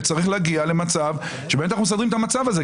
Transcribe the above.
וצריך להגיע למצב שבאמת אנחנו מסדרים את המצב הזה,